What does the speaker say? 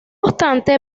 obstante